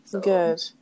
Good